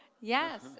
Yes